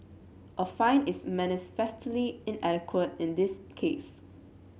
a fine is manifestly inadequate in this case